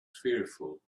fearful